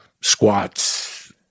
squats